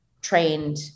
trained